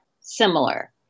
similar